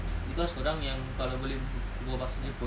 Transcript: cause dia orang yang kalau boleh berbual bahasa jepun